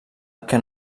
que